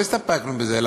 לא הסתפקנו בזה,